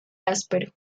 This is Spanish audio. áspero